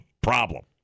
problem